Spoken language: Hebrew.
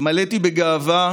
התמלאתי בגאווה